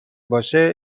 باشه